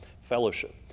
fellowship